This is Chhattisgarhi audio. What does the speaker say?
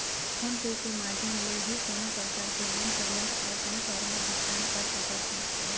फोन पे के माधियम ले ही कोनो परकार के लोन पेमेंट अउ कई तरह भुगतान कर सकत हे